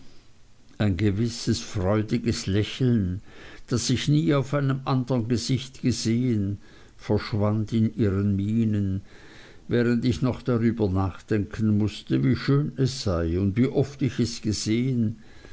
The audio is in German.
ein gewisses freudiges lächeln das ich nie auf einem andern gesicht gesehen verschwand in ihren mienen während ich noch darüber nachdenken mußte wie schön es sei und wie oft ich es gesehen